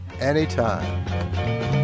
anytime